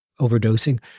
overdosing